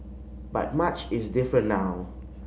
but much is different now